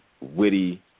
witty